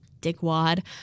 dickwad